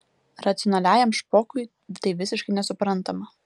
racionaliajam špokui tai visiškai nesuprantama